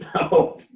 No